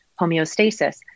homeostasis